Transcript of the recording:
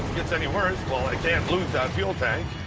gets any worse well, i can't lose that fuel tank.